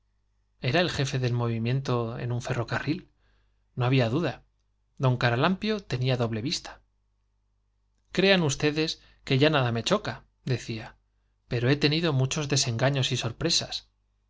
era el jefe del movimiento en un ferrocarril n o había duda d caralampio tenía doble vista crean ustedes que ya nada me choca decía pero he tenido muchos desengaños y sorpresas